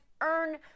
earn